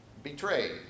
Betrayed